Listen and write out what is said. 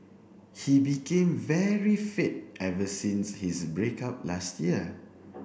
he became very fit ever since his break up last year